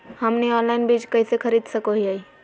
हमनी ऑनलाइन बीज कइसे खरीद सको हीयइ?